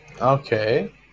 Okay